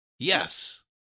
Yes